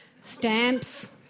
stamps